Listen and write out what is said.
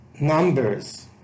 numbers